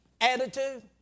attitude